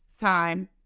time